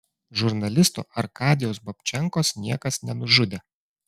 žurnalisto arkadijaus babčenkos niekas nenužudė